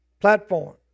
platform